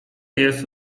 jest